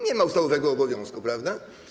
Nie ma ustawowego obowiązku, prawda?